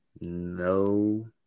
No